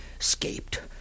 escaped